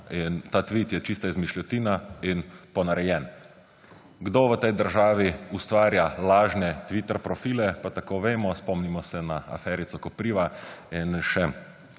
ta tvit je čista izmišljotina in ponarejen. Kdo v tej državi ustvarja lažne Twitter profile, pa tako vemo, spomnimo se na aferico Kopriva in še